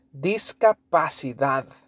discapacidad